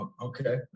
Okay